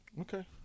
Okay